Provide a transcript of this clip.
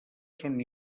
són